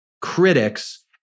critics